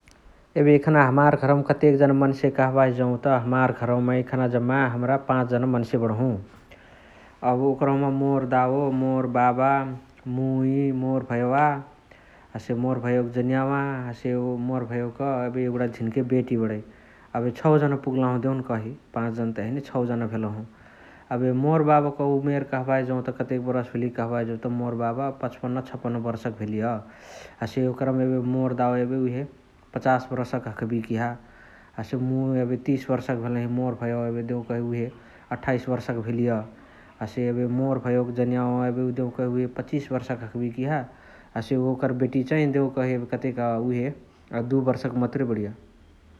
एबे एखाने हमार घरवमा कतेक जना मन्से कहबाही जौत । हमार घरवमा एखान हमरा जम्मा पाच जना मन्से बणहु । अ ओकरहुमा मोर दाओ मोर बाबा मुइ मोर भएवा । हसे मोर भएवका जनियावा हसे उ मोर भएवका एगुणा झिन्के बेटी बणइ । एबे छौ जना पुग्लाहु देउन्कही पाछ जनाता हैने छौ जना भेलहु । एबे मोर बाबाक उमेर कहबाही जौत कतेक बरस भेलिय कहबाही जौत मोर बाबा पचपन्न छपन्न बर्शक भेलिय । हसे ओकरमा एबे मोर दाओ एबे पचास बर्शक हखबिय किहा । हसे मुइ एबे तिस बर्शक भेलही मोर भएवा एबे देउकही उहे अठाइश बर्शक भेलिय । हसे एबे मोर भएवक जनियावा एबे देउकही उहे पचिस बर्शक हखबिय किहा । हसे ओकर बेटिय चै देउन्कही एबे कतेक उहे अ दुइ बर्शक मतुरे बणिय ।